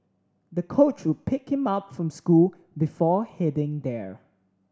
the coach would pick him up from school before heading there